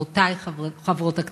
חברותי חברות הכנסת,